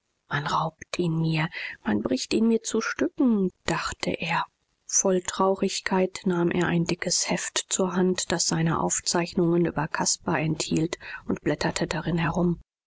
man raubt ihn mir man bricht ihn mir zu stücken dachte er voll traurigkeit nahm er ein dickes heft zur hand das seine aufzeichnungen über caspar enthielt und blätterte drin herum